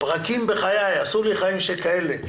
פרקים בחיי - עשו לי חיים שכאלה.